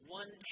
one